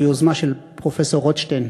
זו יוזמה של פרופסור רוטשטיין